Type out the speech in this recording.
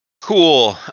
Cool